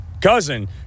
Cousin